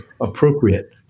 appropriate